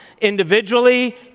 individually